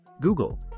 Google